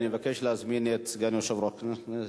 אני מבקש להזמין את סגן יושב-ראש הכנסת,